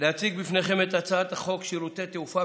להציג בפניכם את הצעת החוק שירותי תעופה